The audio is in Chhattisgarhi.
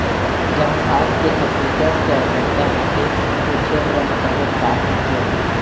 जहाँ शाख के संकुचन के आवश्यकता होथे ओ छेत्र म कठोर शाख नीति अपनाथे